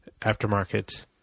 aftermarket